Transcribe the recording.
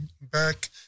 back